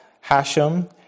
Hashem